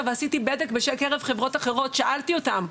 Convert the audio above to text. ועשיתי בדק בקרב חברות אחרות ושאלתי אותם,